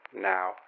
now